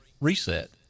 Reset